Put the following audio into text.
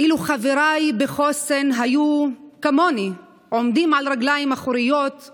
אילו חבריי בחוסן היו כמוני עומדים על רגליים אחוריות,